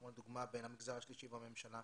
כמו לדוגמה בין המגזר השלישי והממשלה.